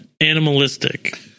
animalistic